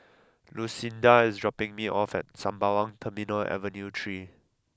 Lucinda is dropping me off at Sembawang Terminal Avenue three